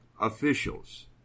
officials